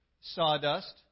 Sawdust